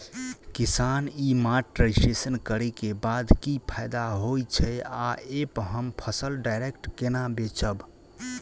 किसान e mart registration करै केँ बाद की फायदा होइ छै आ ऐप हम फसल डायरेक्ट केना बेचब?